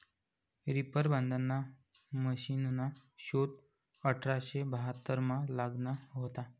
reaper बांधाना मशिनना शोध अठराशे बहात्तरमा लागना व्हता